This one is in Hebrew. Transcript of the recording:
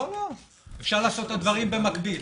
לא, לא, אפשר לעשות את הדברים במקביל.